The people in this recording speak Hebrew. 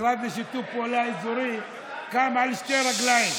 לשיתוף פעולה אזורי קם על שתי רגליים.